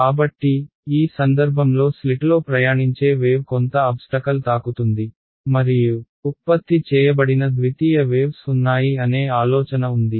కాబట్టి ఈ సందర్భంలో స్లిట్లో ప్రయాణించే వేవ్ కొంత అబ్స్టకల్ తాకుతుంది మరియు ఉత్పత్తి చేయబడిన ద్వితీయ వేవ్స్ ఉన్నాయి అనే ఆలోచన ఉంది